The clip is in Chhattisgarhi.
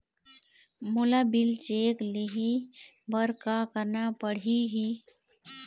मोला बिल चेक ले हे बर का करना पड़ही ही?